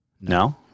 No